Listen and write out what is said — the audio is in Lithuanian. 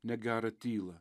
negera tylą